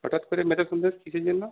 হঠাৎ করে মেচা সন্দেশ কিসের জন্য